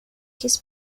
his